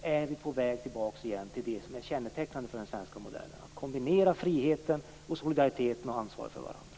Nu är vi återigen på väg tillbaka till det som är kännetecknande för den svenska modellen, dvs. detta med att kombinera friheten, solidariteten och ansvaret för varandra.